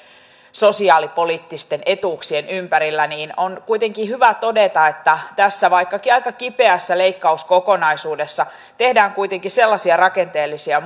sosiaalipoliittisten etuuksien ympärillä niin on kuitenkin hyvä todeta että tässä vaikkakin aika kipeässä leikkauskokonaisuudessa tehdään kuitenkin sellaisia rakenteellisia